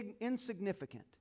insignificant